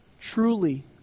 truly